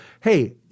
Hey